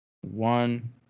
One